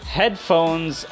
headphones